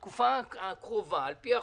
בתקופה הקרובה על פי החוק,